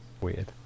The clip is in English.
weird